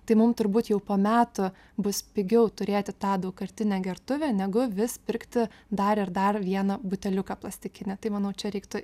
tai mum turbūt jau po metų bus pigiau turėti tą daugkartinę gertuvę negu vis pirkti dar ir dar vieną buteliuką plastikinį tai manau čia reiktų